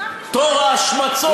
אני אשמח לשמוע.